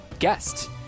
guest